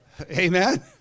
Amen